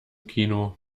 kino